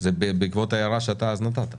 זה בעקבות ההערה שאתה אז נתת,